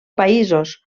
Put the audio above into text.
països